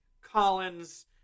Collins